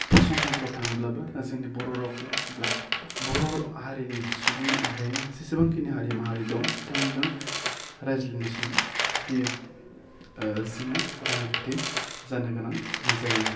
फसंथानफ्राव थाङोब्लाबो दा जोंनि बर' रावखौब्ला बर' हारिनि सुबुंनि अनगायै जेसेबांखिनि हारि माहारि दं बिथांमोनजों रायज्लायनो समाव बियो जोङो राहा गोथे जानो गोनां जायो